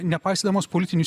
nepaisydamos politinių